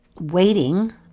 waiting